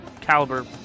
caliber